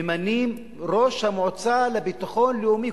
ממנים את ראש המועצה לביטחון לאומי.